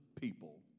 people